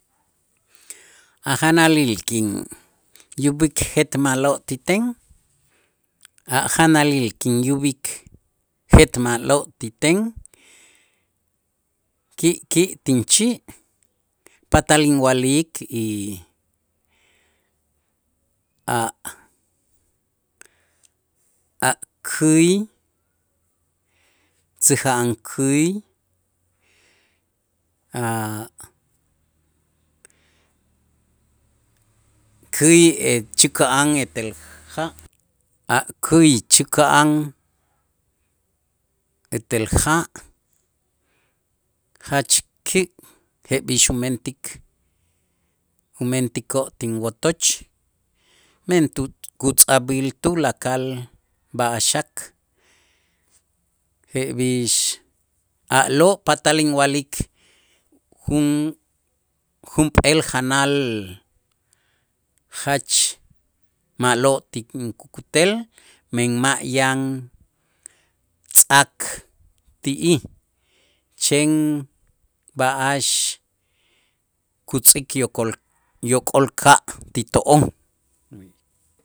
A' janalil kinyub'ik jetma'lo' ti ten a' janalil kinyub'ik, jet ma'lo' ti ten ki' ki' tinchi' patal inwa'lik y a'-a' käy, tzäja'an käy a' käy chäka'an etel ja', a' käy chäka'an etel ja' jach ki' jeb'ix umentik umentikoo' tinwotoch, men tu kutz'ajb'il tulakal b'a'ax xak jeb'ix a'lo' patal inwa'lik jun- junp'eel janal jach ma'lo' ti inkukutel men ma' yan tz'ak ti'ij, chen b'a'ax kutz'ik yok'ol- yok'olka' ti to'on.